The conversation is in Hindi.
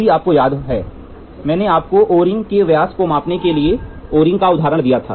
यदि आपको याद है कि मैंने आपको ओ रिंग के व्यास को मापने के लिए ओ रिंग का उदाहरण दिया था